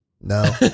no